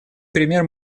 пример